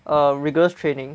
a rigorous training